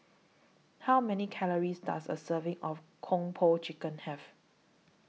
How Many Calories Does A Serving of Kung Po Chicken Have